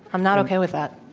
i'm not okay with that.